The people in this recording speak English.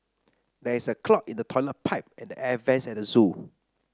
there is a clog in the toilet pipe and the air vents at the zoo